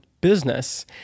business